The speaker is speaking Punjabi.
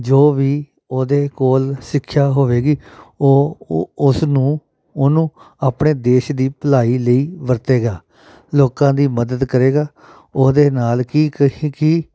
ਜੋ ਵੀ ਉਹਦੇ ਕੋਲ ਸਿੱਖਿਆ ਹੋਵੇਗੀ ਉਹ ਉਹ ਉਸ ਨੂੰ ਉਹਨੂੰ ਆਪਣੇ ਦੇਸ਼ ਦੀ ਭਲਾਈ ਲਈ ਵਰਤੇਗਾ ਲੋਕਾਂ ਦੀ ਮਦਦ ਕਰੇਗਾ ਉਹਦੇ ਨਾਲ ਕੀ ਕਹੀ ਕੀ